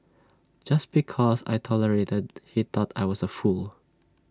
just because I tolerated he thought I was A fool